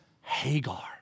Hagar